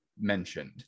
mentioned